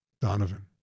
Donovan